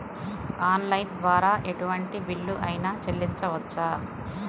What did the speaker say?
Online ద్వారా ఎటువంటి bill అయినా చెల్లించవచ్చా?